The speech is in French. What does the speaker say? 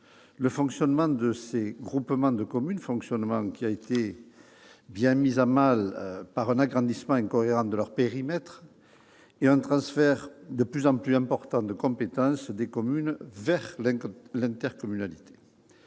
le fonctionnement de ces groupements de communes, un fonctionnement qui a été bien mis à mal par un agrandissement incohérent du périmètre des EPCI et un transfert de plus en plus important de compétences des communes vers l'intercommunalité.